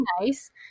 nice